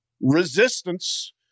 resistance